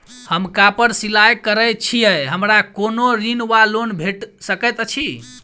हम कापड़ सिलाई करै छीयै हमरा कोनो ऋण वा लोन भेट सकैत अछि?